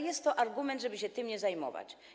Jest to argument, żeby się tym nie zajmować.